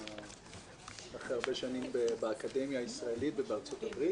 אני אחרי הרבה שנים באקדמיה הישראלית ובארצות הברית